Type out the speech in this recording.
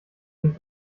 sich